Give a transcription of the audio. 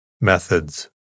Methods